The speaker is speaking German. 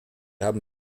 haben